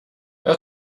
jag